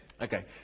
Okay